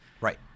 Right